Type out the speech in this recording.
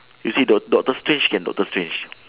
you see doc~ doctor strange can doctor strange